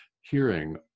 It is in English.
hearing